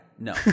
no